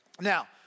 Now